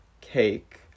cake